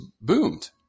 boomed